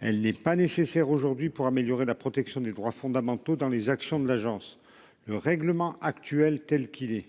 Elle n'est pas nécessaire aujourd'hui pour améliorer la protection des droits fondamentaux dans les actions de l'agence. Le règlement actuel telle qu'il ait.